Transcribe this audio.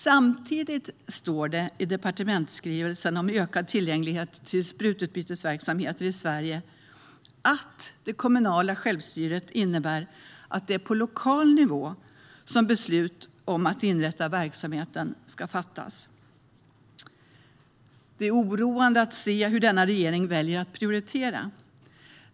Samtidigt står det i departementsskrivelsen om ökad tillgänglighet till sprututbytesverksamheter i Sverige att det kommunala självstyret innebär att det är på lokal nivå som beslut om att inrätta verksamheten ska fattas. Det är oroande att se hur denna regering väljer att prioritera.